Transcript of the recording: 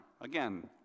Again